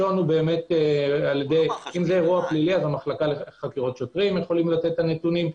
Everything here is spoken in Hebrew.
אם זה אירוע פלילי, מח"ש יכולים לתת את הנתונים.